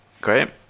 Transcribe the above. Great